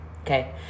Okay